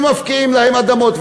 ומפקיעים להם אדמות,